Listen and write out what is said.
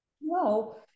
No